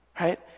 Right